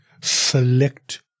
select